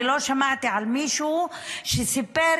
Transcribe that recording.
אני לא שמעתי על מישהו שסיפר,